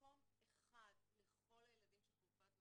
מקום אחד לכל הילדים שהוא חלופת מעצר,